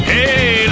Hey